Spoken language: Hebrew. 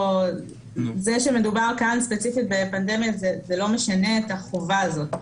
זה שמדובר כאן ספציפית בפנדמיה זה לא משנה את החובה הזאת.